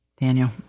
Daniel